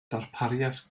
darpariaeth